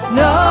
no